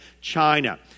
China